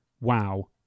wow